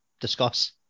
Discuss